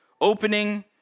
Opening